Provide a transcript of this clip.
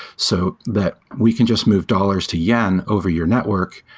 so that we can just move dollars to yen over your network.